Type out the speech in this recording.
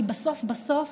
כי בסוף בסוף